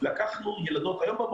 אני אסביר למה הם